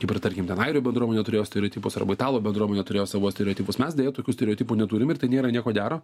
kaip ir tarkim ten airių bendruomenė turėjo stereotipus arba italų bendruomenė turėjo savo stereotipus mes deja tokių stereotipų neturim ir tai nėra nieko gero